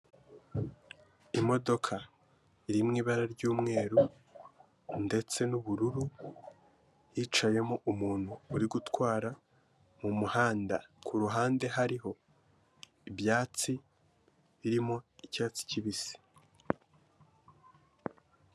Imodoka iri mu ibara ry'umweru ndetse n'ubururu, hicayemo umuntu uri gutwara mu muhanda, ku ruhande hariho ibyatsi birimo icyatsi kibisi.